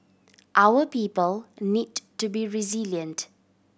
our people need to be resilient